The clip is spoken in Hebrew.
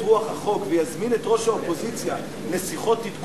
רוח החוק ויזמין את ראש האופוזיציה לשיחות עדכון,